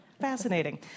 fascinating